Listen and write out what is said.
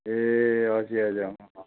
ए हजुर हजुर अँ अँ